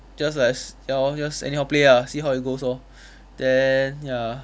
just as ya lor just anyhow play ah see how it goes lor then ya